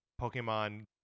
Pokemon